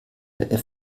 der